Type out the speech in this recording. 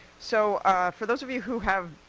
so for those of you have